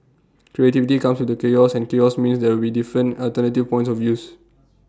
creativity comes with the chaos and chaos means there will be different alternative points of views